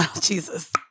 Jesus